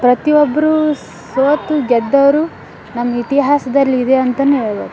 ಪ್ರತಿಯೊಬ್ರೂ ಸೋತು ಗೆದ್ದವರು ನಮ್ಮ ಇತಿಹಾಸದಲ್ಲಿದೆ ಅಂತನೇ ಹೇಳ್ಬೋದು